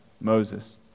Moses